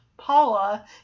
Paula